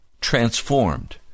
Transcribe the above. transformed